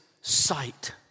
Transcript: sight